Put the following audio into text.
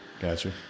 Gotcha